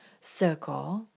circle